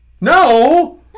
no